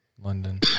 London